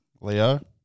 Leo